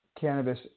cannabis